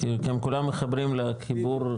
כי הם כולם מחברים לחיבור --- בדיוק,